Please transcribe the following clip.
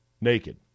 naked